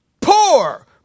poor